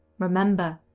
remember,